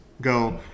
go